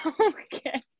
Okay